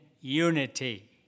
unity